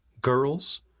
Girls